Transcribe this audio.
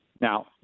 Now